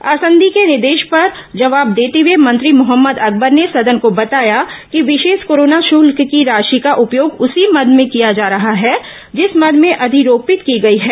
आसंदी के निर्देश पर जवाब देते हुए मंत्री मोहम्मद अकबर ने सदन को बताया कि विशेष कोरोना शुल्क की राशि का उपयोग उसी मद में किया जा रहा है जिस मद में अधिरोपित की गई है